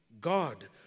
God